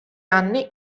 anni